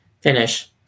finish